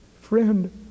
Friend